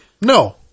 No